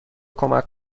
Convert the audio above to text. کمک